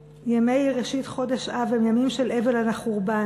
ימי ראשית חודש אב, הם ימים של אבל על החורבן.